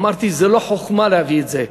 אמרתי שזה לא חוכמה להביא את זה.